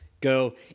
go